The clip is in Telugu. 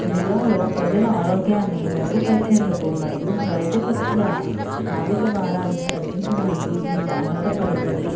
జిల్లాలో ప్రజల ఆరోగ్యాన్ని మెరుగుపరిచేందుకు మరియు వైద్య ఖర్చుల ఆర్థిక భారాన్ని తగ్గించడానికి ఇది దోహదపడుతుంది